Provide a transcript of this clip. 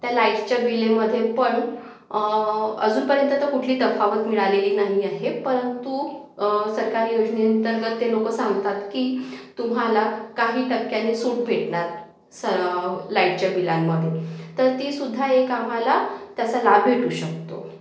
त्या लाईटच्या बिलेमध्येपण अजूनपर्यंत तर कुठली तफावत मिळालेली नाही आहे परंतु सरकारी योजनेअंतर्गत ते लोक सांगतात की तुम्हाला काही टक्क्यानी सूट भेटणार सरव लाईटच्या बिलांमध्ये तर ती सुद्धा एक आम्हाला त्याचा लाभ भेटू शकतो